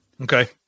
Okay